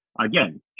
Again